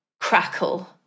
crackle